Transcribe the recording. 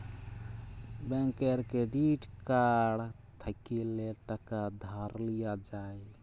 ব্যাংকের credit card থ্যাইকলে টাকা ধার লিয়া যায়